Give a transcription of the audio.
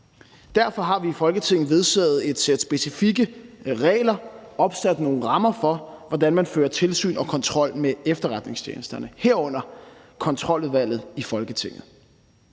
Derfor har vi i Folketinget vedtaget et sæt specifikke regler og opsat nogle rammer for, hvordan man fører tilsyn og kontrol med efterretningstjenesterne, herunder Kontroludvalget i Folketinget.